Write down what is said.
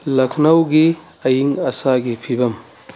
ꯂꯛꯈꯅꯧꯒꯤ ꯑꯏꯪ ꯑꯁꯥꯒꯤ ꯐꯤꯕꯝ